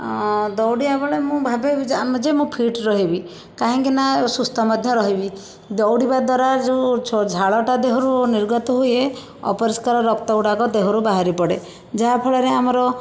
ଦଉଡ଼ିବା ବେଳେ ମୁଁ ଭାବେ ଯେ ଆମେ ଯେ ମୁଁ ଫିଟ ରହିବି କାହିଁକିନା ସୁସ୍ଥ ମଧ୍ୟ ରହିବି ଦଉଡ଼ିବା ଦ୍ୱାରା ଯେଉଁ ଝ ଝାଳାଟା ଦେହରୁ ନିର୍ଗତ ହୁଏ ଅପରିସ୍କାର ରକ୍ତ ଗୁଡ଼ାକ ଦେହରୁ ବାହାରିପଡ଼େ ଯାହା ଫଳରେ ଆମର